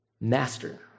Master